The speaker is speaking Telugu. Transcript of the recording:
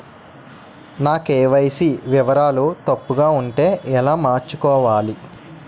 నా కే.వై.సీ వివరాలు తప్పుగా ఉంటే ఎలా మార్చుకోవాలి?